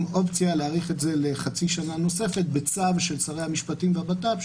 אופציה להאריך את זה לחצי שנה נוספת בצו של שרי המשפטים והבט"פ,